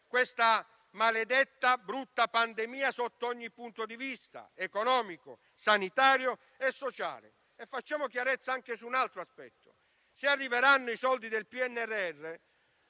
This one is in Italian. questa maledetta e brutta pandemia sotto ogni punto di vista, economico, sanitario e sociale. Facciamo chiarezza anche su un altro aspetto. Se arriveranno i soldi del PNRR,